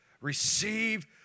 Receive